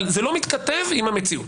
אבל זה לא מתכתב עם המציאות.